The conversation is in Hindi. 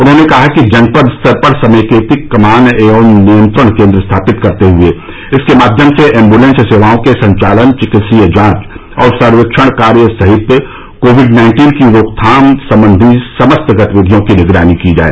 उन्होंने कहा कि जनपद स्तर पर समेकित कमान एवं नियंत्रण केंद्र स्थापित करते हए इसके माध्यम से एम्बलेंस सेवाओं के संचालन चिकित्सकीय जांच और सर्वेक्षण कार्य सहित कोविड नाइन्टीन की रोकथाम सम्बन्धी समस्त गतिविधियों की निगरानी की जाए